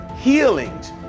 healings